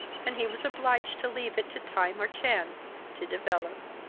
and he was obliged to leave it to time, or chance, to develope.